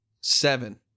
Seven